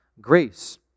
grace